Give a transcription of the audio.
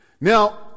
now